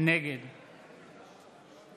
נגד